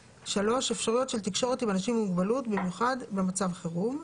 אפשרויות של תקשורת עם אנשים עם מוגבלות במיוחד במצב חירום.